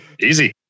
easy